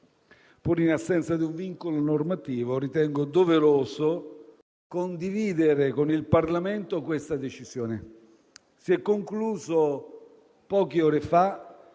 Pur in assenza di un vincolo normativo, ritengo doveroso condividere con il Parlamento questa decisione. Si è concluso poche ore fa